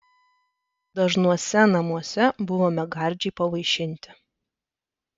dažnuose namuose buvome gardžiai pavaišinti